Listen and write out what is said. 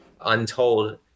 untold